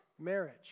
marriage